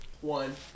One